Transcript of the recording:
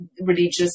religious